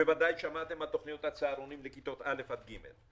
בוודאי שמעתם על תוכניות הצהרונים לכיתות א' ג',